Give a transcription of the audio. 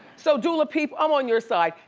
so dula peep, i'm on your side.